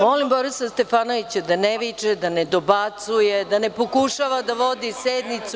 Molim Borislava Stefanovića da ne viče, da ne dobacuje, da ne pokušava da vodi sednicu.